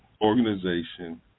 organization